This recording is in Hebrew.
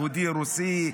יהודי רוסי,